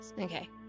Okay